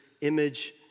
image